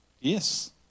Yes